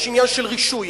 יש עניין של רישוי,